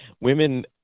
Women